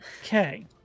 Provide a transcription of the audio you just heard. Okay